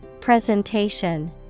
Presentation